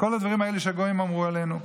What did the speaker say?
כל הדברים האלה שהגויים אמרו עלינו.